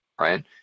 right